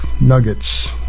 Nuggets